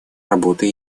работы